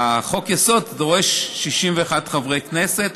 חוק-יסוד דורש 61 חברי כנסת,